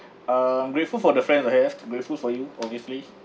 uh I'm grateful for the friends I have grateful for you obviously